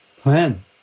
plan